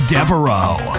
Devereaux